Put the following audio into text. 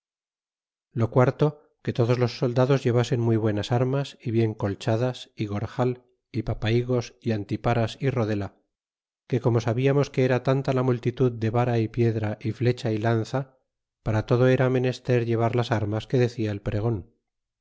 lo quarto que todos los soldados llevasen muy buenas armas y bien colchadas y gorjal y papahigos y antiparas y rodela que como sabiamos que era tanta la multitud de vara y piedra y flecha y lanza para todo era menester llevar las armas que decia el pregon